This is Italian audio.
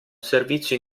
servizio